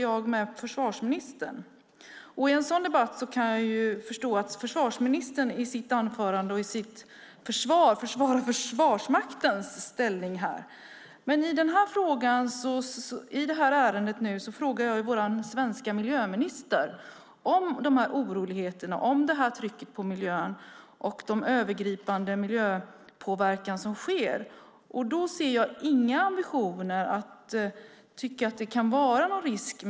Jag kan förstå att försvarsministern i sina anföranden försvarade Försvarsmakten. I detta ärende frågar jag dock miljöministern om oron, trycket på miljön och den övergripande miljöpåverkan, och han verkar inte tycka att det finns någon risk.